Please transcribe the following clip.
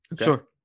Sure